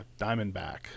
Diamondback